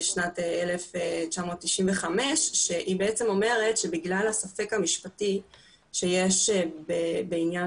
בשנת 1995. האיגרת בעצם אומרת שבגלל הספק המשפטי שיש בעניין